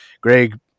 Greg